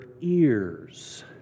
ears